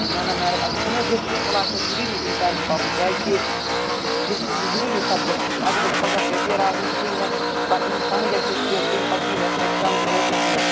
نہ نہ میڈم اَسہِ چھُنہ حٲز ہسٹری کٕلاس چھُ اَسہِ ضروٗری اَمہِ ٹایمہٕ پَرُن کیازِ کہِ ہسٹری چھُ ضروٗری سَبجَکٹ اگر پَتہٕ سُہ پگاہ ریٚپیر آو ہِسٹری پَتہٕ ییٖنہٕ سمٕج اَسہِ ہِسٹری یَس تٮ۪م پَتہٕ کِہیٖنۍ یَتھ چھُ ایکزام تہِ ووتمُتۍ یورٕ